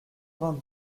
vingt